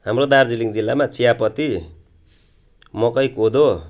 हाम्रो दार्जिलिङ जिल्लामा चियापति मकै कोदो